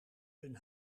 een